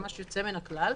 ממש יוצא מן הכלל...